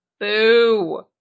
Boo